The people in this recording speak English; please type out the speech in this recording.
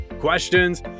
questions